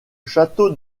château